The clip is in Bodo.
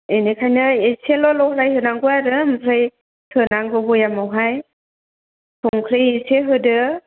बेनिखायनो एसेल' लह्रायहोनांगौ आरो ओमफ्राय सोनांगौ भयामावहाय संख्रि एसे होदो